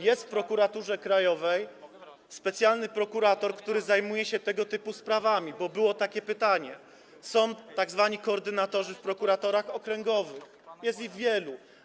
Jest w Prokuraturze Krajowej specjalny prokurator, który zajmuje się tego typu sprawami - było takie pytanie - są tzw. koordynatorzy w prokuraturach okręgowych, jest ich wielu.